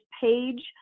page